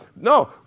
No